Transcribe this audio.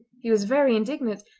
he was very indignant,